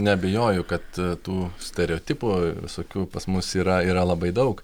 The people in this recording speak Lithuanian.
neabejoju kad tų stereotipų visokių pas mus yra yra labai daug